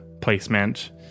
placement